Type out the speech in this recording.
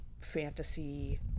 fantasy